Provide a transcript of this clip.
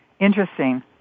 Interesting